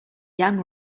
young